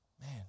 Man